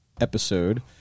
episode